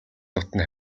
дотно